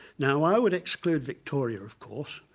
now i would exclude victoria of course,